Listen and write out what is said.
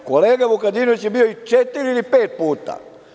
Kolega Vukadinović je bio četiri ili pet puta.